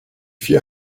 vier